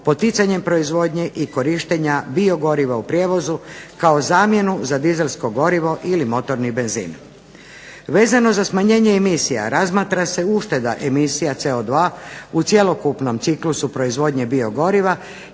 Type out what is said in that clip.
poticanjem proizvodnje i korištenja biogoriva u prijevozu kao zamjenu za dizelsko gorivo ili motorni benzin. Vezano za smanjenje emisija razmatra se ušteda emisija CO2 u cjelokupnom ciklusu proizvodnje biogoriva